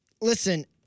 Listen